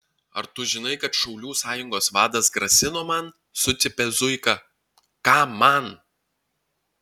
ar tu žinai kad šaulių sąjungos vadas grasino man sucypė zuika ką man